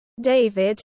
David